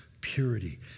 purity